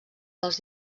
dels